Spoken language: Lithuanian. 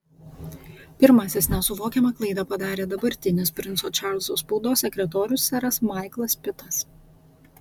pirmasis nesuvokiamą klaidą padarė dabartinis princo čarlzo spaudos sekretorius seras maiklas pitas